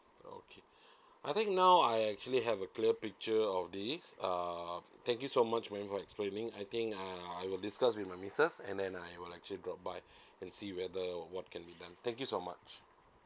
okay I think now I actually have a clear picture of these uh thank you so much ma'am for explaining I think uh I will discuss with my nieces and then I will actually drop by and see whether what can be done thank you so much